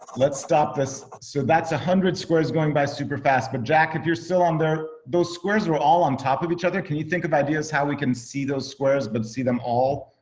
let's stop this. so that's one hundred squares going by super fast, but jack, if you're still on there, those squares were all on top of each other. can you think of ideas how we can see those squares but to see them all,